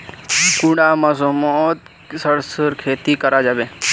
कुंडा मौसम मोत सरसों खेती करा जाबे?